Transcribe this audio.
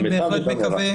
את המיטב ואת המרב.